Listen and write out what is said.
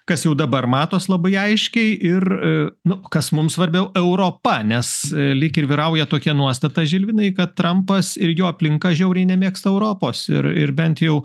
kas jau dabar matos labai aiškiai ir nu kas mums svarbiau europa nes lyg ir vyrauja tokia nuostata žilvinai kad trampas ir jo aplinka žiauriai nemėgsta europos ir ir bent jau